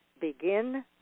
begin